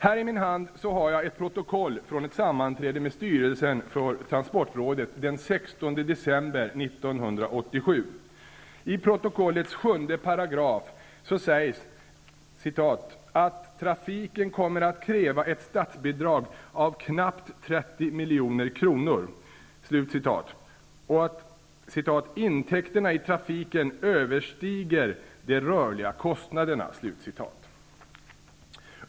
Här i min hand har jag ett protokoll från ett sammanträde med styrelsen för transportrådet den ''trafiken kommer att kräva ett statsbidrag av knappt 30 miljoner kronor'' och att ''intäkterna i trafiken överstiger de rörliga kostnaderna''.